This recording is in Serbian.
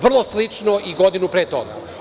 Vrlo slično je i godinu pre toga.